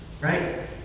Right